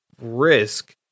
risk